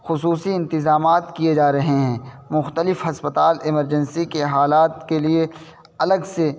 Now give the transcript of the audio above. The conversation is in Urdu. خصوصی انتظامات کیے جا رہے ہیں مختلف ہسپتال ایمرجنسی کے حالات کے لیے الگ سے